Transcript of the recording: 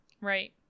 Right